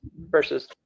versus